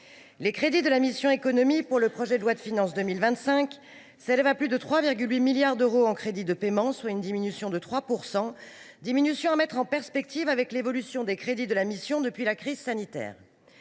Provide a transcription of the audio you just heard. Les crédits de la mission « Économie » dans le projet de loi de finances pour 2025 s’élèvent à plus de 3,8 milliards d’euros en crédits de paiement, soit une diminution de 3 %, qu’il faut mettre en perspective avec l’évolution des crédits de la mission depuis la crise sanitaire.